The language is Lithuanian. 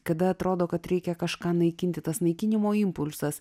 kada atrodo kad reikia kažką naikinti tas naikinimo impulsas